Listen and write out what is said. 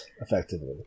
effectively